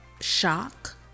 shock